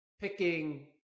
picking